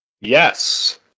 Yes